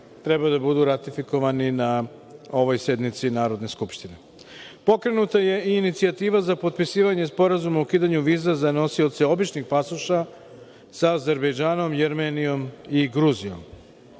treba da budu ratifikovani na ovoj sednici Narodne skupštine. Pokrenuta je i inicijativa za potpisivanje sporazuma o ukidanju viza za nosioce običnih pasoša sa Azerbejdžanom, Jermenijom i Gruzijom.